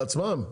לעצמם?